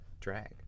drag